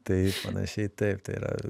tai panašiai taip tai yra